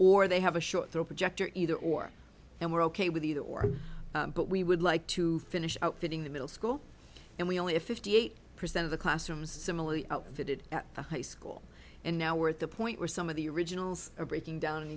or they have a short throw projector either or and we're ok with either or but we would like to finish getting the middle school and we only a fifty eight percent of the classrooms similarly outfitted at the high school and now we're at the point where some of the originals are breaking down and